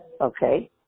Okay